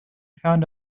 found